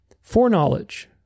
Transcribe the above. Foreknowledge